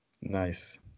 Nice